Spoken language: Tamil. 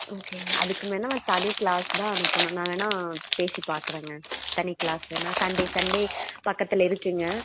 ஓகேங்க அதுக்கு வேணா நான் தனி க்ளாஸ் தான் அணுப்பணும் நான் வேணா பேசிப்பார்க்குறேங்க தனி க்ளாஸ் வேணா சண்டே சண்டே பக்கத்தில் இருக்குதுங்க